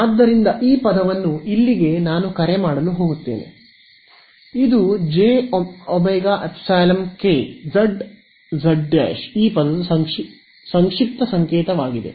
ಆದ್ದರಿಂದ ಈ ಪದವನ್ನು ಇಲ್ಲಿಗೆ ನಾನು ಕರೆ ಮಾಡಲು ಹೋಗುತ್ತೇನೆ ಇದು jωϵ0K z z ಈ ಪದದ ಸಂಕ್ಷಿಪ್ತ ಸಂಕೇತವಾಗಿದೆ